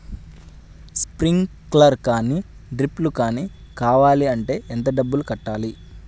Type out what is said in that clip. Sprinkler కానీ డ్రిప్లు కాని కావాలి అంటే ఎంత డబ్బులు కట్టాలి?